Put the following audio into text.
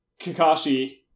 Kakashi